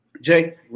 jay